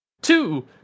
Two